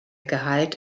gehalt